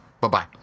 Bye-bye